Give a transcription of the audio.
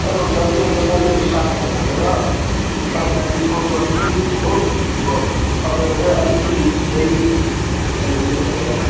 तर अब जति सक्दो म मेरो स्टाफहरूलाई भनेर तपाईँलाई इन्फर्म गर्छु हो अब तपाईँको चाहिँ अलिकिति छिटै पुर्याइदिनु होस् भनेर